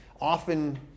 often